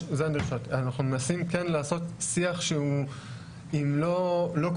אנחנו מנסים כן לעשות שיח שהוא לא עם